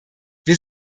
wir